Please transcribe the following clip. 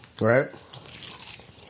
right